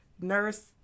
nurse